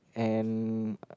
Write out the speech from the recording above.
and